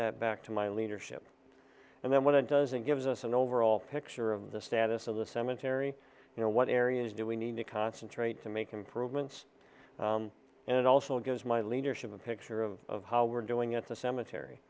that back to my leadership and then when it does it gives us an overall picture of the status of the cemetery you know what areas do we need to concentrate to make improvements and it also gives my leadership a picture of how we're doing at the cemetery